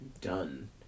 done